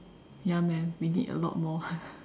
ya man we need a lot more